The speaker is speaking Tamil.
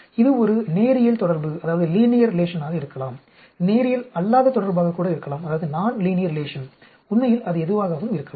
இது ஒரு நேரியல் தொடர்பாக இருக்கலாம் நேரியல் அல்லாத தொடர்பாக இருக்கலாம் உண்மையில் அது எதுவாகவும் இருக்கலாம்